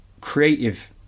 creative